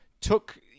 took